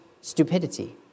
stupidity